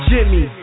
Jimmy